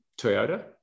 Toyota